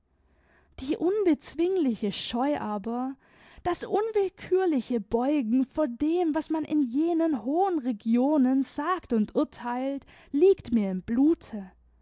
die unbezwingliche scheu aber das unwillkürliche beugen vor dem was man in jenen hohen regionen sagt und urteilt liegt mir im blute